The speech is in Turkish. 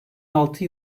altı